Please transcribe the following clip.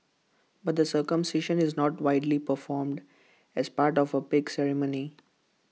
but the circumcision is not widely performed as part of A big ceremony